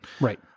right